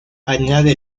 añade